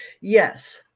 yes